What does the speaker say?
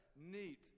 Neat